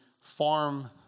farm